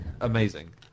amazing